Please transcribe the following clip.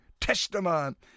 Testament